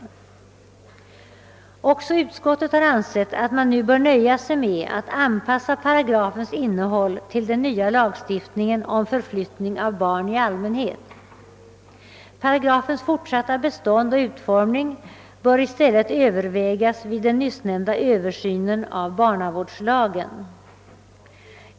Också utskottet har ansett att man nu bör nöja sig med att anpassa paragrafens innehåll till den nya lagstiftningen om förflyttning av barn i all mänhet. Paragrafens fortsatta bestånd och utformning bör i”stället övervägas vid den nyssnämnda översynen av barnavårdslagen.